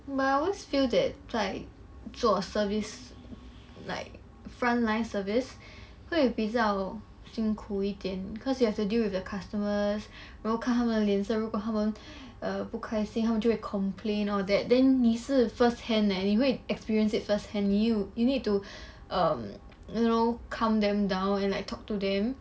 well I always feel that like 做 service like front line service 会比较辛苦一点 cause you have to deal with the customers 要看他们的脸色如果他们 err 不开心他们就会 complain all that then 你是 first hand leh 你会 experienced it first hand you need you need to um you know calm them down and like talk to them